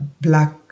black